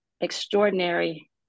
extraordinary